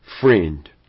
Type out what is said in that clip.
friend